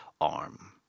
arm